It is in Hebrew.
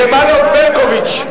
שמאלוב-ברקוביץ,